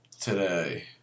today